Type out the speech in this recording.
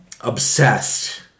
obsessed